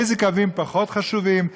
איזה קווים פחות חשובים.